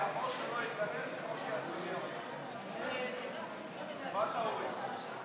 ההצעה להעביר לוועדה את הצעת חוק לתיקון פקודת